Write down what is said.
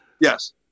Yes